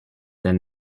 than